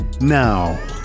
now